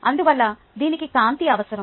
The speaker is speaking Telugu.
అందువల్ల దీనికి కాంతి అవసరం